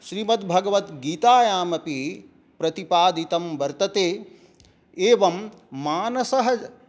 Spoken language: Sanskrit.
श्रीमद्भगवद्गीतायाम् अपि प्रतिपादितं वर्तते एवं मानसः